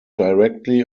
directly